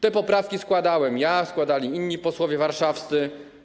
Te poprawki składałem ja, składali inni posłowie warszawscy.